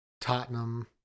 Tottenham